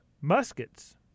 muskets